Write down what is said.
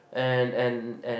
and and and